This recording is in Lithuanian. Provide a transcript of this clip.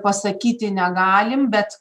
pasakyti negalim bet